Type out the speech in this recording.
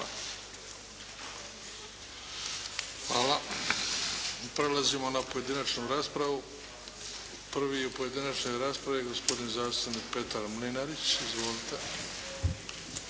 hvala. Prelazimo na pojedinačnu raspravu. Prvi je u pojedinačnoj raspravi gospodin zastupnik Petar Mlinarić. Izvolite.